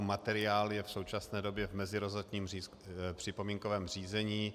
Materiál je v současné době v meziresortním připomínkovém řízení.